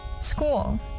school